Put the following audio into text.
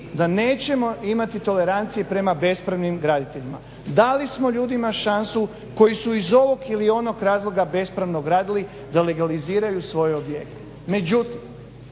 da nećemo imati tolerancije prema bespravnim graditeljima. Dali smo ljudima šansu koji su iz ovog ili onog razloga bespravno gradili da legaliziraju svoje objekte. Međutim,